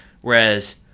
whereas